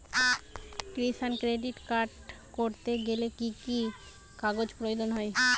কিষান credit card করতে গেলে কি কি কাগজ প্রয়োজন হয়?